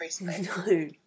no